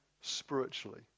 spiritually